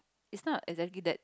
is not a exactly date